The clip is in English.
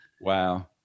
Wow